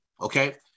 Okay